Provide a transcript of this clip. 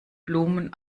blumen